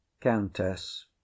Countess